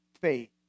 faith